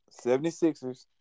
76ers